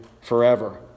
forever